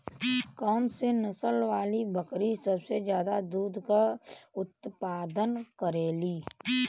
कौन से नसल वाली बकरी सबसे ज्यादा दूध क उतपादन करेली?